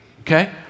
Okay